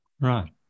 right